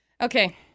Okay